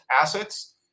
assets